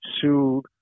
sued